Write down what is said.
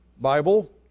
Bible